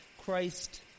Christ